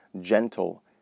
gentle